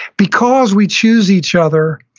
because we choose each other,